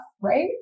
right